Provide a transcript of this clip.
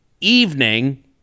evening